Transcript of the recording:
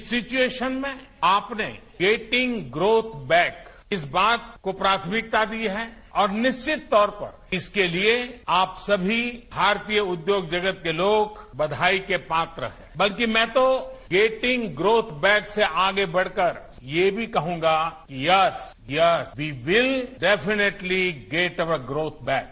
इस सिचुएशेन में आप ने गेंटिंग ग्रोथ बैक इस बात को प्राथमिकता दी है और निश्चित तौर पर इसके लिए आप सभी भारतीय उद्योग जगत के लोग बधाई के पात्र हैं बल्कि मैं तो गेंटिंग ग्रोथ बेक से आगे बढ़कर ये भी कहूंगा yes yes we will definitely getting our growth bake